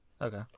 Okay